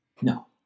no